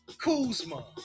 Kuzma